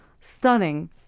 stunning